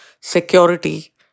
security